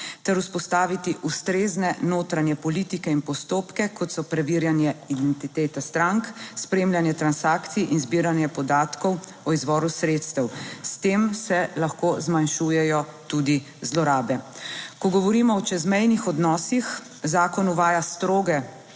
ter vzpostaviti ustrezne notranje politike in postopke, kot so preverjanje identitete strank, spremljanje transakcij in zbiranje podatkov o izvoru sredstev. S tem se lahko zmanjšujejo tudi zlorabe. Ko govorimo o čezmejnih odnosih, zakon uvaja stroge